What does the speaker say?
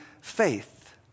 faith